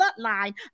bloodline